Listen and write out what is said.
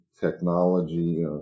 technology